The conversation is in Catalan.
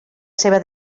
seva